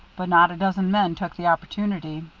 but not a dozen men took the opportunity.